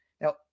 Now